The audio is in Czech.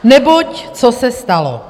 Neboť co se stalo?